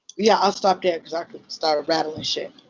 yeah. i'll stop there. because i could start rattling shit.